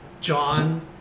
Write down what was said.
John